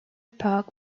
park